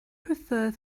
prefer